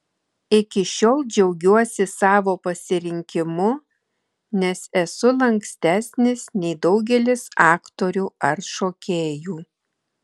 iki šiol džiaugiuosi savo pasirinkimu nes esu lankstesnis nei daugelis aktorių ar šokėjų